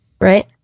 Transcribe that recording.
Right